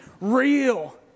real